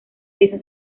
pieza